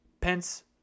Pence